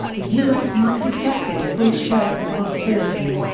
the u s. must accept its full share of responsibility.